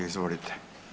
Izvolite.